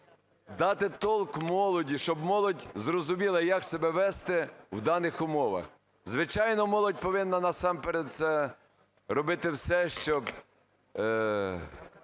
дати толк молоді, щоб молодь зрозуміла, як себе вести в даних умовах. Звичайно, молодь повинна, насамперед, це робити все, щоб